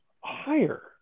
higher